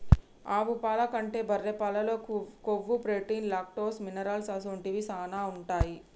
ఆవు పాల కంటే బర్రె పాలల్లో కొవ్వు, ప్రోటీన్, లాక్టోస్, మినరల్ అసొంటివి శానా ఉంటాయి